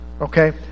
Okay